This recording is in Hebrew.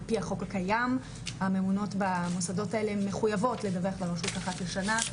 על פי החוק הקיים הממונות במוסדות האלה מחויבות לדווח לרשות אחת לשנה,